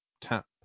tap